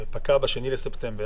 וזה פקע ב-2 בספטמבר,